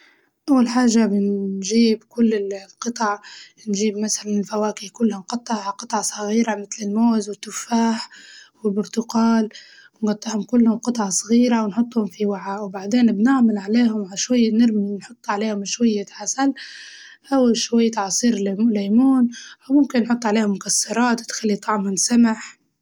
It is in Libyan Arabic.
أول حاجة بنجيب كل القطع نجيب مسلاً الفواكه كلها مقطعة قطع صغيرة متل الموز والتفاح والبرتقال، ونقطعهم كلهم قطع صغيرة ونحطهم في وعاء، وبعدين بنعمل عليهم شوية نرمي نحط عليهم شوية عسل أو شوية عصير لي- ليمون أو ممكن نحط عليها مكسرات تخلي طعمهن سمح.